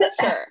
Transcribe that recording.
sure